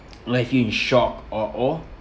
left you in shock or awe